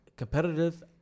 Competitive